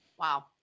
Wow